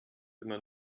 immer